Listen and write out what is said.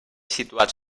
situats